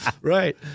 Right